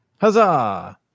Huzzah